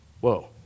Whoa